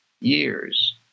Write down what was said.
years